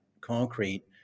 concrete